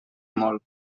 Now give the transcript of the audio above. molt